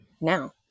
now